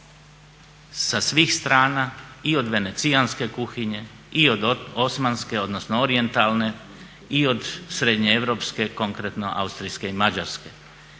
sa svih strana, i od venecijanske kuhinje i od osmanske odnosno orijentalne i od srednjeeuropske, konkretno austrijske i mađarske.